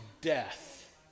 death